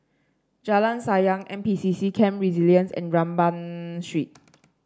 Jalan Sayang N P C C Camp Resilience and Rambau Street